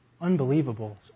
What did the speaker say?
unbelievable